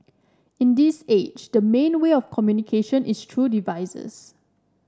in this age the main way of communication is through devices